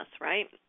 right